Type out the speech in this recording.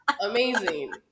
Amazing